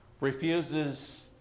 refuses